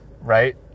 right